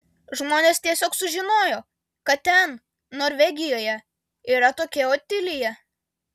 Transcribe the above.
žmonės tiesiog sužinojo kad ten norvegijoje yra tokia otilija